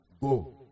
Go